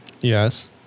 Yes